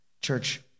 Church